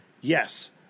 Yes